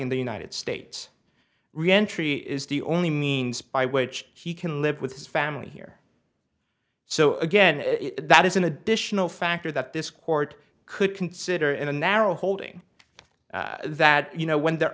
in the united states reentry is the only means by which he can live with his family here so again that is an additional factor that this court could consider in a narrow holding that you know when there